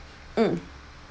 mm